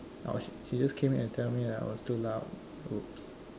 oh sh~ she just came in and tell me I was too loud oops